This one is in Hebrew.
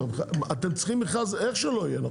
אתם צריכים מכרז איך שלא יהיה.